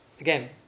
again